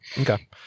Okay